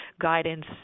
guidance